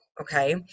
Okay